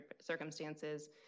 circumstances